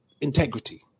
integrity